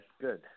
Good